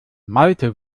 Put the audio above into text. malte